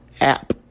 app